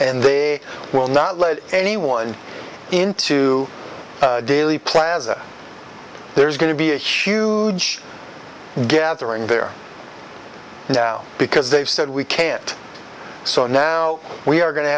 and they will not let anyone into daley plaza there's going to be a huge gathering there now because they've said we can't so now we are going to